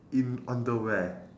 in on the where